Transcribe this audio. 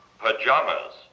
pajamas